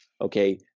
Okay